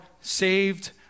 saved